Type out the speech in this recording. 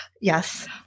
Yes